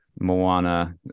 Moana